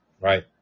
Right